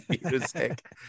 music